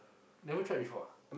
never tried before